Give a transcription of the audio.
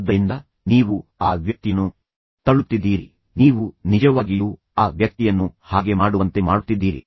ಆದ್ದರಿಂದ ನೀವು ಆ ವ್ಯಕ್ತಿಯನ್ನು ತಳ್ಳುತ್ತಿದ್ದೀರಿ ನೀವು ನಿಜವಾಗಿಯೂ ಆ ವ್ಯಕ್ತಿಯನ್ನು ಹಾಗೆ ಮಾಡುವಂತೆ ಮಾಡುತ್ತಿದ್ದೀರಿ